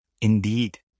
Indeed